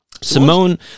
simone